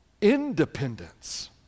Independence